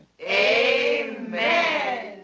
Amen